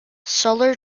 solar